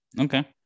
okay